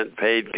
paid